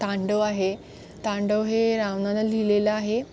तांडव आहे तांडव हे रावणानं लिहिलेलं आहे